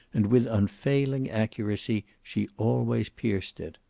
and with unfailing accuracy she always pierced it.